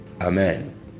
amen